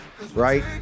right